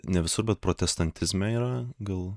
ne visur bet protestantizme yra gal